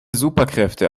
superkräfte